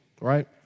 right